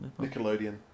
Nickelodeon